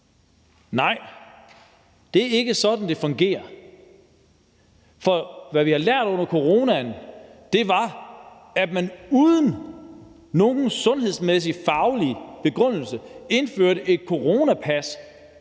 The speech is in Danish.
Nej, det er ikke sådan, det fungerer. For det, vi lærte under coronaen, var, at man uden nogen sundhedsmæssig, faglig begrundelse indførte et coronapas,